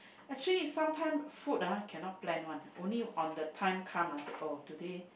actually sometimes food ah cannot plan [one] only on the time come I say oh today